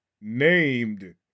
named